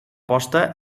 posta